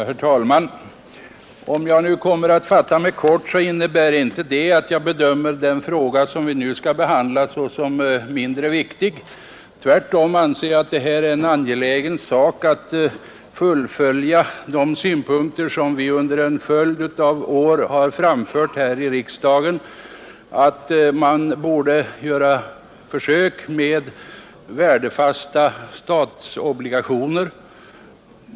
Herr talman! Om jag nu kommer att fatta mig kort, så innebär inte det att jag bedömer den fråga vi behandlar såsom mindre viktig. Tvärtom anser jag att det är angeläget att fullfölja de förslag som vi under en följd av år har framfört här i riksdagen, att man borde göra försök med värdefasta statsobligationer.